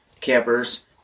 campers